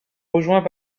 rejoints